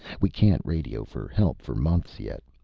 we can't radio for help for months yet.